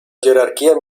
gerarchia